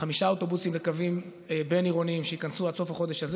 חמישה אוטובוסים לקווים בין-עירוניים שייכנסו עד סוף החודש הזה